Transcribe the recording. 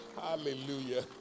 Hallelujah